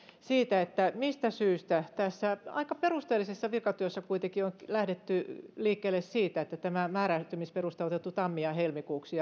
siitä mistä syystä tässä aika perusteellisessa virkatyössä kuitenkin on lähdetty liikkeelle siitä että tämä määräytymisperuste on otettu tammi ja helmikuuksi